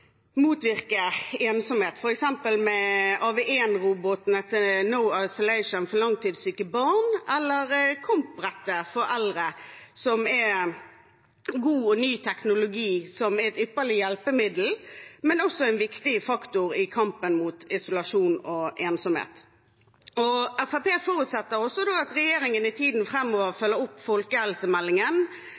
ensomhet, f.eks. med AV1-robotene til No Isolation til syke barn eller med KOMP-brettet for eldre, som er god ny teknologi som er et ypperlig hjelpemiddel, men også en viktig faktor i kampen mot isolasjon og ensomhet. Fremskrittspartiet forutsetter også at regjeringen i tiden framover følger opp